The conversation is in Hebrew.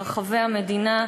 ברחבי המדינה,